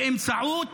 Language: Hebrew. באמצעות